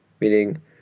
meaning